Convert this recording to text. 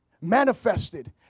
manifested